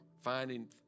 finding